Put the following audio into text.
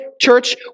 church